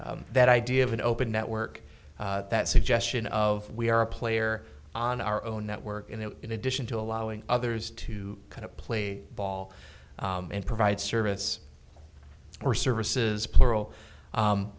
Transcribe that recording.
that idea of an open network that suggestion of we are a player on our own network and in addition to allowing others to kind of play ball and provide service or services plural